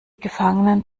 gefangenen